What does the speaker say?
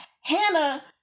Hannah